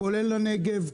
כולל הנגב,